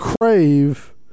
crave